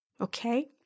okay